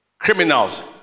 Criminals